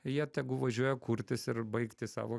jie tegul važiuoja kurtis ir baigti savo